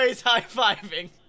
high-fiving